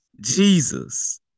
Jesus